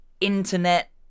internet